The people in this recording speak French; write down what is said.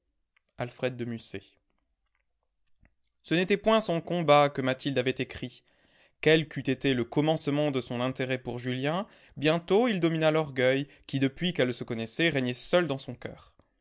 alfred de musset ce n'était point sans combats que mathilde avait écrit quel qu'eût été le commencement de son intérêt pour julien bientôt il domina l'orgueil qui depuis qu'elle se connaissait régnait seul dans son coeur